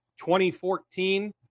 2014